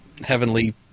heavenly